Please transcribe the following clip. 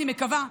אני מקווה,